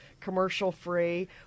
Commercial-free